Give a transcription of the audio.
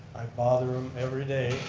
i bother him everyday.